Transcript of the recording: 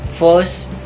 first